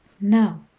now